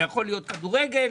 כדורגל,